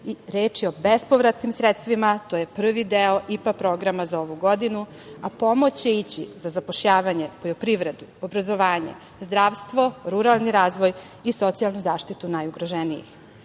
Reč je o bespovratnim sredstvima. To je prvi deo IPA programa za ovu godinu, a pomoć će ići za zapošljavanje, poljoprivredu, obrazovanje, zdravstvo, ruralni razvoj i socijalnu zaštitu najugroženijih. Dvadesetsedmog